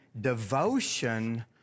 devotion